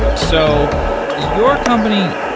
so your company,